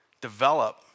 develop